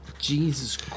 Jesus